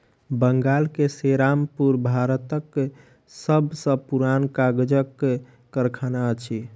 बंगाल के सेरामपुर भारतक सब सॅ पुरान कागजक कारखाना अछि